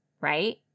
right